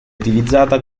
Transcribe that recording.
utilizzata